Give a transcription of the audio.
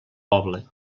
poble